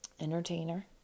entertainer